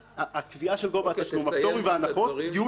"יהיו,